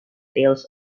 tales